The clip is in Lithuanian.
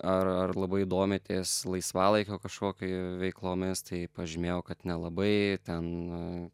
ar ar labai domitės laisvalaikiu kažkokį veiklomis tai pažymėjau kad nelabai ten